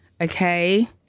okay